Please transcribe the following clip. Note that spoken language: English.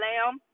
Lamb